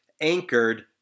anchored